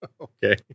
Okay